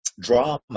drama